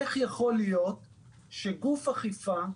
איך יכול להיות שגוף אכיפה,